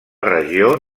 regió